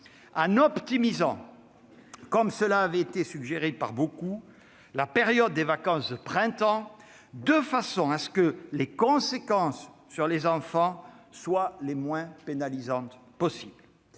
en optimisant, comme beaucoup l'avaient suggéré, la période des vacances de printemps, de sorte que les conséquences sur les enfants soient les moins pénalisantes possible.